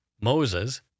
Moses